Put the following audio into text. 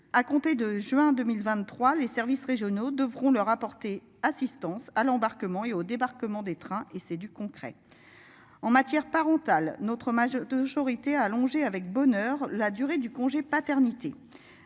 À compter de juin 2023, les services régionaux devront leur apporter assistance à l'embarquement et au débarquement des trains et c'est du concret. En matière parental notre marge de j'aurais été allongée avec bonheur la durée du congé paternité.